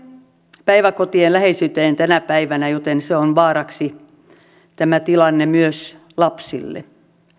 ja päiväkotien läheisyyteen tänä päivänä joten tämä tilanne on vaaraksi myös lapsille